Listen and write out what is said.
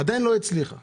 בעכו ולא מצליחה.